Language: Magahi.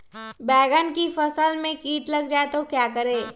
बैंगन की फसल में कीट लग जाए तो क्या करें?